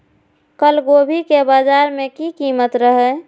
कल गोभी के बाजार में की कीमत रहे?